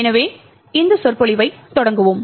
எனவே இந்த சொற்பொழிவைத் தொடங்குவோம்